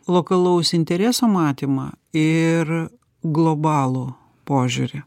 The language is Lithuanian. lokalaus intereso matymą ir globalų požiūrį